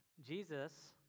Jesus